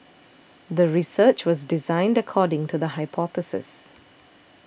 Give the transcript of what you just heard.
the research was designed according to the hypothesis